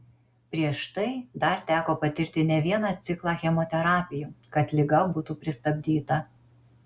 prieš tai dar teko patirti ne vieną ciklą chemoterapijų kad liga būtų pristabdyta